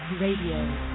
Radio